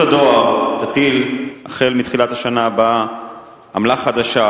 הדואר תטיל החל מתחילת השנה הבאה עמלה חדשה.